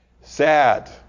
Sad